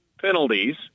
penalties